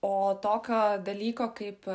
o tokio dalyko kaip